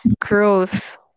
growth